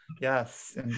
Yes